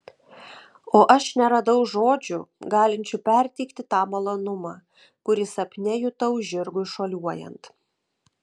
o aš neradau žodžių galinčių perteikti tą malonumą kurį sapne jutau žirgui šuoliuojant